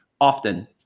often